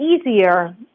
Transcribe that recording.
easier